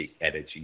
energy